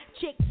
chicks